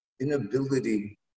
inability